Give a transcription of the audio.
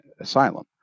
asylum